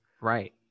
Right